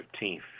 15th